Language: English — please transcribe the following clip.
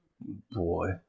Boy